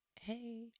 Hey